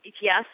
yes